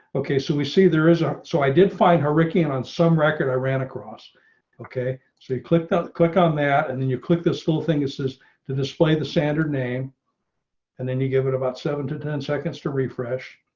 okay, so we see there is a so i did find her ricky on on some record. i ran across okay, so you clicked on click on that and then you click this little thing is is to display the standard name and then you give it about seven to ten seconds to refresh.